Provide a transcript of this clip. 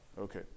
Okay